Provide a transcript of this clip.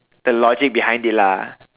the logic behind it lah